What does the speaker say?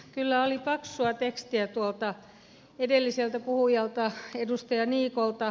kyllä oli paksua tekstiä edelliseltä puhujalta edustaja niikolta